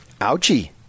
Ouchie